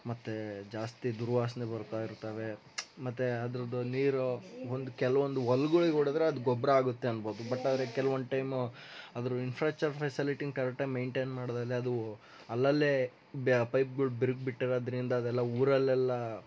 ಮತ್ತೆ ಜಾಸ್ತಿ ದುರ್ವಾಸನೆ ಬರ್ತಾ ಇರ್ತಾವೆ ಮತ್ತೆ ಅದ್ರದ್ದು ನೀರು ಒಂದು ಕೆಲವೊಂದು ಹೊಲ್ಗಳಗೆ ಹೊಡೆದ್ರೆ ಅದು ಗೊಬ್ಬರ ಆಗುತ್ತೆ ಅನ್ಬೋದು ಬಟ್ ಆದರೆ ಕೆಲ್ವೊಂದು ಟೈಮ್ ಅದರಲ್ಲಿ ಇನ್ಫ್ರಾಸ್ಟ್ರಚರ್ ಫೆಸಿಲಿಟಿನ ಕರೆಕ್ಟಾಗಿ ಮೈನ್ಟೈನ್ ಮಾಡ್ದಲೆ ಅದು ಅಲ್ಲಲ್ಲೆ ಬ್ ಪೈಪ್ಗಳು ಬಿರ್ಕು ಬಿಟ್ಟರೆ ಅದರಿಂದ ಅದೆಲ್ಲ ಊರಲ್ಲೆಲ್ಲ